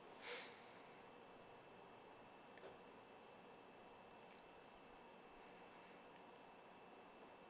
ya